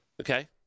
Okay